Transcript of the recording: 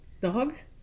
Dogs